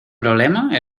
problema